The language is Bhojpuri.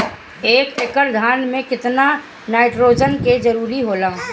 एक एकड़ धान मे केतना नाइट्रोजन के जरूरी होला?